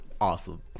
Awesome